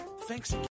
Thanks